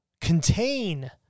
contain